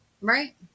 Right